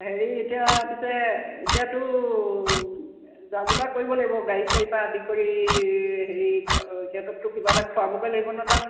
হেৰি এতিয়া পিছে এতিয়াতো যা জোগাৰ কৰিব লাগিব গাড়ী চাৰি পৰা আদি কৰি হেৰি সিহঁতকতো কিবা এটা খোৱাবগৈ লাগিব নহয় তাত